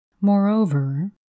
Moreover